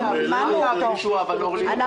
גם אני